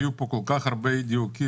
היו פה כל כך הרבה אי דיוקים,